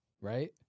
right